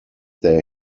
they